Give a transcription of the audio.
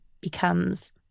becomes